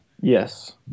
Yes